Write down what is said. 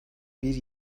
bir